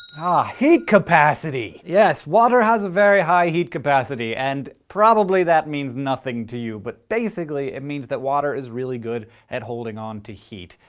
ah! heat capacity! yes, water has a very high heat capacity, and probably that means nothing to you, but basically it means that water is really good at holding on to heat.